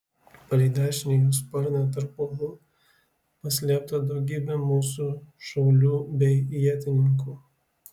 palei dešinį jų sparną tarp uolų paslėpta daugybė mūsų šaulių bei ietininkų